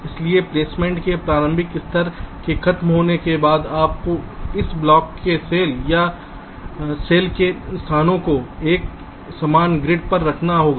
इसलिए प्लेसमेंट के प्रारंभिक स्तर के खत्म होने के बाद आपको इस ब्लॉक के सेल या सेल से स्थानों को एक समान ग्रिड पर करना होगा